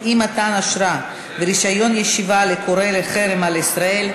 אי-מתן אשרה ורישיון ישיבה לקורא לחרם על ישראל),